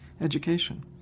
education